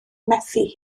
methu